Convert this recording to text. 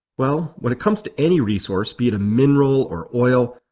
well when it comes to any resource, be it a mineral or oil,